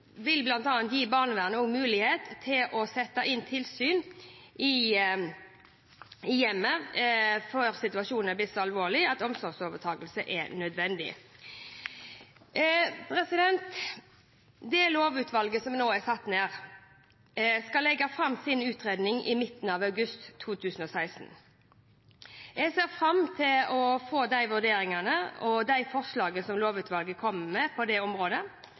gi barnevernet mulighet til å sette inn tilsyn i hjemmet før situasjonen er blitt så alvorlig at omsorgsovertakelse er nødvendig. Det lovutvalget som nå er satt ned, skal legge fram sin utredning i midten av august 2016. Jeg ser fram til å få de vurderingene og de forslagene som lovutvalget kommer med på dette området,